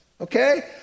okay